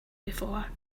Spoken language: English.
before